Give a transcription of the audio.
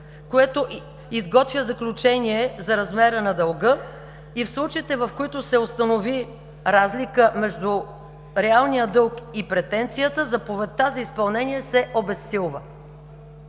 което изготвя заключение за размера на дълга и в случаите, в които се установи разлика между реалния дълг и претенцията, заповедта за изпълнение се обезсилва.“